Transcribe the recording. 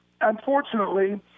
unfortunately